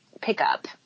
pickup